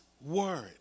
word